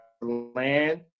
land